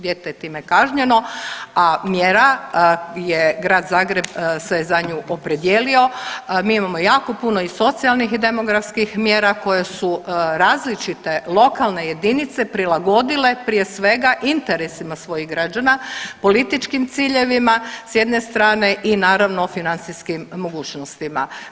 Dijete je time kažnjeno, a mjera je Grad Zagreb se za nju opredijelio, mi imamo jako puno i socijalnih i demografskih mjera koje su različite lokalne jedinice prilagodile prije svega interesima svojih građana, političkim ciljevima s jedne strane i naravno financijskim mogućnostima.